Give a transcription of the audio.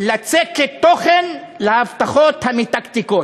לצקת תוכן להבטחות המתקתקות.